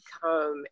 come